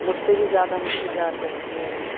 مجھ سے بھی زیادہ مجھے پیار کرتی ہے وہ